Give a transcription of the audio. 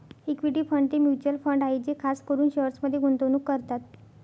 equity fund ते mutual fund आहे जे खास करून शेअर्समध्ये गुंतवणूक करतात